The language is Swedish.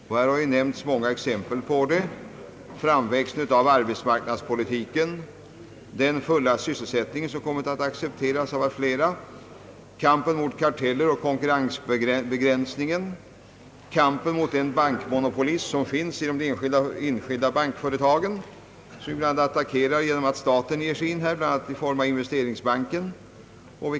Vi har många exempel på det: den moderna arbets marknadspolitikens, den fulla sysselsättningens politik, som kommit att accepteras av allt flera, kampen mot karteller och = konkurrensbegränsning, kampen mot den bankmonopolism som finns inom de enskilda bankföretagen och som vi attackerar genom att staten ger sig in på detta område — jag tänker bl.a. på Investeringsbanken.